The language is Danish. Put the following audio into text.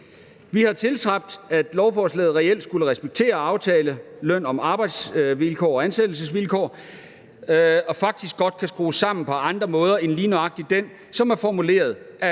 Vi har tilstræbt, at lovforslaget reelt skulle respektere, at aftalen om løn og arbejdsvilkår og ansættelsesvilkår faktisk godt kan skrues sammen på andre måder end lige nøjagtig den, som er formuleret af